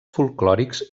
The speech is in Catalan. folklòrics